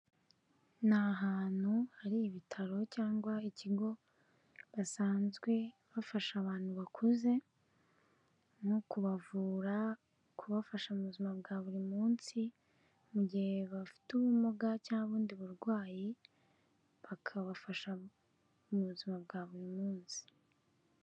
Ni ahantu hari ibitaro cyangwa ikigo basanzwe bafasha abantu bakuze nko kubavura, kubafasha mu buzima bwa buri munsi mu gihe bafite ubumuga cyangwa ubundi burwayi bakabafasha mu buzima bwa buri munsi.